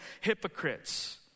hypocrites